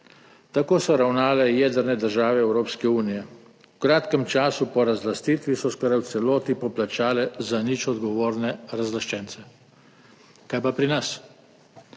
Tako so ravnale jedrne države Evropske unije. V kratkem času po razlastitvi so skoraj v celoti poplačale za nič odgovorne razlaščence. Kaj pa pri nas?